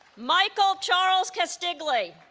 michael charles castiglie